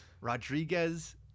Rodriguez